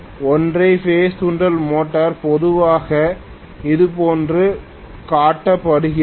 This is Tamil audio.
ஒற்றை பேஸ் தூண்டல் மோட்டார் பொதுவாக இதுபோன்று காட்டப்படுகிறது